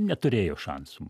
neturėjo šansų